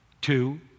Two